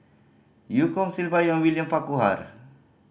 Eu Kong Silvia Yong William Farquhar